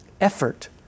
effort